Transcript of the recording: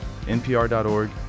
npr.org